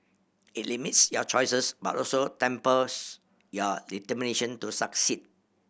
it limits your choices but also tempers your determination to succeed